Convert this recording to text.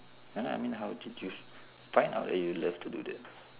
ya lah I mean how did you find out that you love to do that